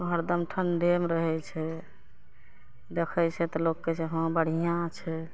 हरदम ठण्डेमे रहै छै देखै छै तऽ लोक कहै छै हँ बढ़िआँ छै